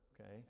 okay